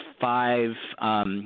five –